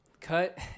cut